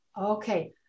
Okay